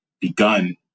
begun